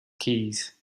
keys